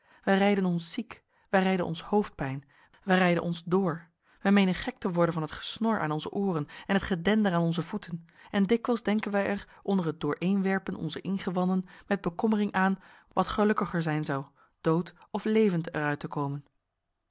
wij rijden ons ziek wij rijden ons hoofdpijn wij rijden ons dr wij meenen gek te worden van het gesnor aan onze ooren en t gedender aan onze voeten en dikwijls denken wij er onder het dooreenwerpen onzer ingewanden met bekommering aan wat gelukkiger zijn zou dood of levend er uit te komen